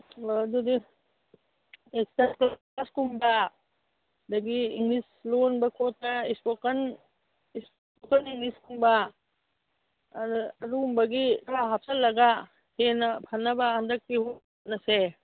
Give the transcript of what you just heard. ꯑꯣ ꯑꯗꯨꯗꯤ ꯀꯨꯝꯕ ꯑꯗꯒꯤ ꯏꯪꯂꯤꯁ ꯂꯣꯟꯕ ꯈꯣꯠꯄ ꯁ꯭ꯄꯣꯀꯟ ꯁ꯭ꯄꯣꯀꯟ ꯏꯪꯂꯤꯁ ꯀꯨꯝꯕ ꯑꯗꯨ ꯑꯗꯨꯒꯨꯝꯕꯒꯤ ꯈꯔ ꯍꯥꯞꯆꯜꯂꯒ ꯍꯦꯟꯅ ꯐꯅꯕ ꯍꯟꯗꯛꯇꯤ ꯍꯣꯠꯅꯁꯦ